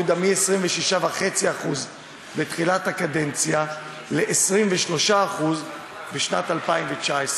הורידה מ-26.5% בתחילת הקדנציה ל-23% בשנת 2019,